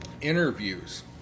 interviews